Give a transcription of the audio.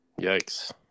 yikes